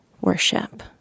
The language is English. worship